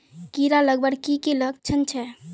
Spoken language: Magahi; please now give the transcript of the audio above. कीड़ा लगवार की की लक्षण छे?